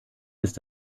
ist